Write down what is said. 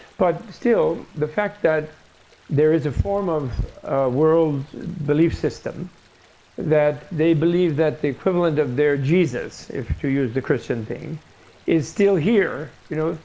but still, the fact that there is a form of world belief system that they believe that the equivalent of their jesus to use the christian thing is still here. you know